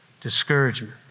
discouragement